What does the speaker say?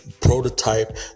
prototype